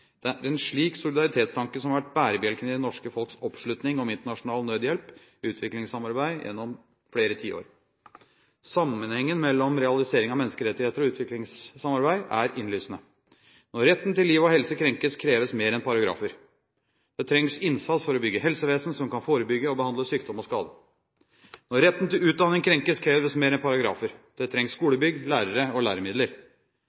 Det er en slik solidaritetstanke som har vært bærebjelken i det norske folks oppslutning om internasjonal nødhjelp og utviklingssamarbeid gjennom flere tiår. Sammenhengen mellom realisering av menneskerettigheter og utviklingssamarbeid er innlysende. Når retten til liv og helse krenkes, kreves mer enn paragrafer. Det trengs innsats for å bygge helsevesen som kan forebygge og behandle sykdom og skade. Når retten til utdanning krenkes, kreves mer enn paragrafer. Det trengs